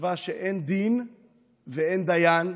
ושחשבה שאין דין ואין דיין,